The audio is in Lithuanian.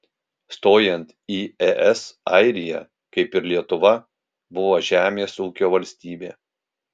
stojant į es airija kaip ir lietuva buvo žemės ūkio valstybė